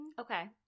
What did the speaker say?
Okay